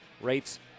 rates